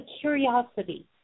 curiosity